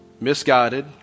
misguided